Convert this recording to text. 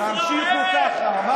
תמשיכו ככה.